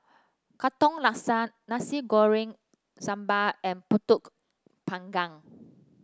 Katong Laksa Nasi Goreng Sambal and pulut Panggang